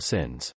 Sins